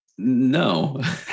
No